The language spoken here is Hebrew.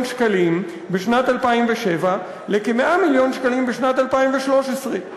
שקלים בשנת 2007 לכ-100 מיליון שקלים בשנת 2013,